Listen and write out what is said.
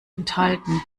enthalten